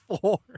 four